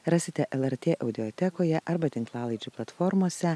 rasite lrt audiotekoje arba tinklalaidžių platformose